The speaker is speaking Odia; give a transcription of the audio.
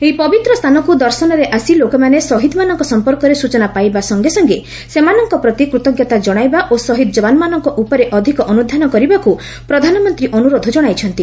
ଏହି ପବିତ୍ର ସ୍ଥାନକୁ ଦର୍ଶନରେ ଆସି ଲୋକମାନେ ଶହୀଦମାନଙ୍କ ସଂପର୍କରେ ସୂଚନା ପାଇବା ସଂଗେ ସଂଗେ ସେମାନଙ୍କ ପ୍ରତି କୃତ୍କତା ଜଣାଇବା ଓ ଶହୀଦ ଯବାନମାନଙ୍କ ଉପରେ ଅଧିକ ଅନୁଧ୍ୟାନ କରିବାକୁ ପ୍ରଧାନମନ୍ତ୍ରୀ ଅନୁରୋଧ କଣାଇଛନ୍ତି